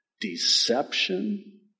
deception